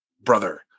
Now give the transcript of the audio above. Brother